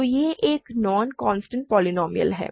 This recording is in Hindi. तो यह एक नॉन कांस्टेंट पोलीनोमिअल है